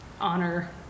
honor